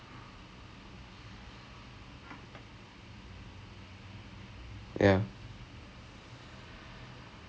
uh muscle வந்து:vanthu lock ஆயிருச்சு:aayiruchhu you so it's a sprain but because the muscle is running over your spine